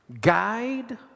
guide